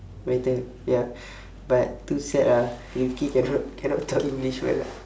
better ya but too sad ah rifqi cannot cannot talk english well ah